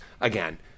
again